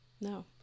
No